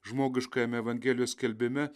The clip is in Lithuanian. žmogiškajame evangelijos skelbime